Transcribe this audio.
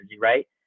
right